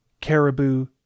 caribou